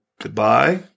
goodbye